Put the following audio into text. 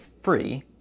Free